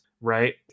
Right